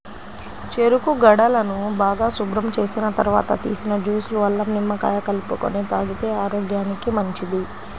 చెరుకు గడలను బాగా శుభ్రం చేసిన తర్వాత తీసిన జ్యూస్ లో అల్లం, నిమ్మకాయ కలుపుకొని తాగితే ఆరోగ్యానికి మంచిది